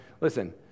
listen